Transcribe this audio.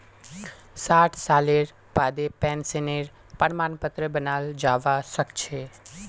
साठ सालेर बादें पेंशनेर प्रमाण पत्र बनाल जाबा सखछे